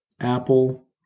Apple